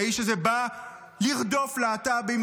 האיש הזה בא לרדוף להט"בים,